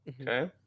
Okay